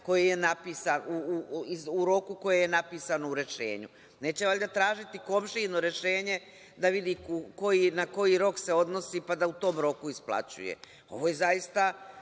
u roku koji je napisan u rešenju. Neće valjda tražiti komšijino rešenje da vidi na koji rok se odnosi, pa da u tom roku isplaćuje. Ovo je zaista